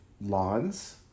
lawns